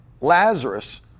Lazarus